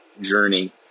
journey